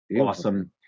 Awesome